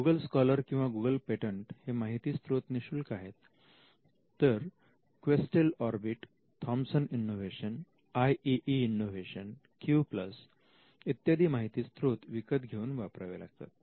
Google Scholar किंवा Google patent हे माहिती स्त्रोत निशुल्क आहेत तर QUESTEL Orbit Thomson innovation IEEE innovation Q plus इत्यादी माहिती स्त्रोत विकत घेऊन वापरावे लागतात